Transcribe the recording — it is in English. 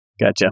Gotcha